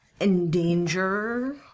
endanger